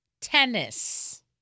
Tennis